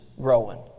growing